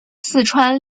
四川